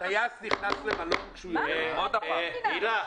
טייס נכנס למלון --- כמו שמחייבים צוותי הוראה,